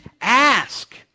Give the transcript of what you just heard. ask